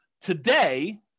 Today